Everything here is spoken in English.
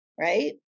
right